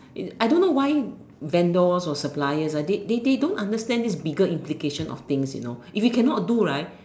I don't know why vendors or suppliers they they don't understand this bigger implications of things you know if you cannot do right